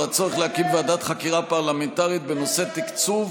הצורך להקים ועדת חקירה פרלמנטרית בנושא תקצוב